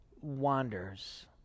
wanders